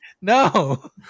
No